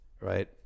right